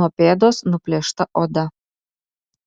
nuo pėdos nuplėšta oda